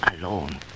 alone